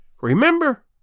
Remember